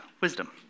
wisdom